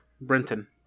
Brenton